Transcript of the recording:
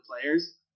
players